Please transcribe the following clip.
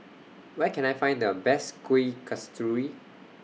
Where Can I Find The Best Kuih Kasturi